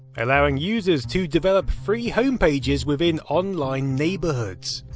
allowing users to develop free homepages within online neighbourhoods.